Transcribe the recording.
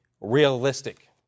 realistic